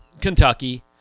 Kentucky